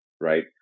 right